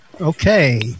Okay